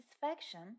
satisfaction